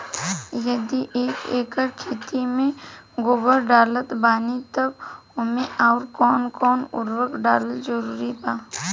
यदि एक एकर खेत मे गोबर डालत बानी तब ओमे आउर् कौन कौन उर्वरक डालल जरूरी बा?